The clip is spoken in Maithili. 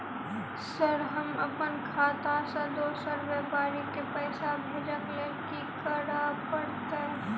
सर हम अप्पन खाता सऽ दोसर व्यापारी केँ पैसा भेजक लेल की करऽ पड़तै?